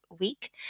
week